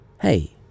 Hey